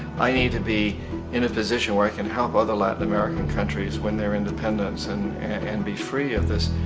i need to be in a position where i can help other latin american countries win their independence and and and be free of this,